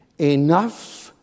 enough